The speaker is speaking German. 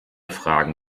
fragen